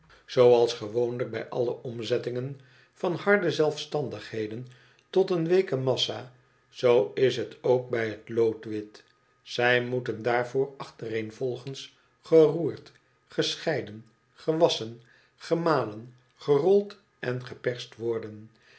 zooals gewoonlijk bij alle omzettingen van harde zelfstandigheden tot een weeke massa zoo is het ook bij het loodwit zij moeten daarvoor achtereenvolgens geroerd gescheiden gewasschen gemalen gerold en geperst worden